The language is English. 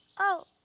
oh,